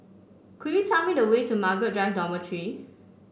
could you tell me the way to Margaret Drive Dormitory